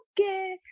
okay